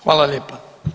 Hvala lijepa.